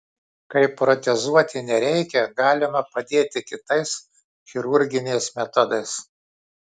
kai protezuoti nereikia galima padėti kitais chirurginiais metodais